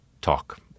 talk